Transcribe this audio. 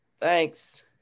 Thanks